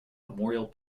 memorial